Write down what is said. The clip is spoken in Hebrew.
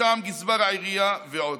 מטעם גזבר העירייה ועוד.